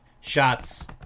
Shots